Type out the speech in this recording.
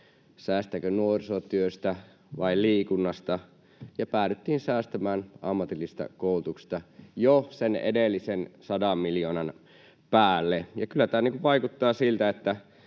säästetäänkö nuorisotyöstä vai liikunnasta, ja päädyttiin säästämään ammatillisesta koulutuksesta jo sen edellisen sadan miljoonan päälle. Kyllä tämä vaikuttaa siltä,